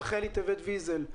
רחלי טבת ויזל,